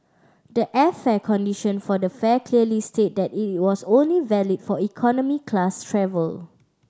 the airfare condition for the fare clearly stated that it was only valid for economy class travel